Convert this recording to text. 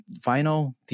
final